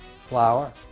Flour